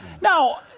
Now